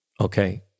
Okay